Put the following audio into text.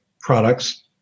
products